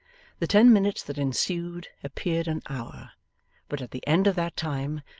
the ten minutes that ensued appeared an hour but at the end of that time,